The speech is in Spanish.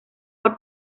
por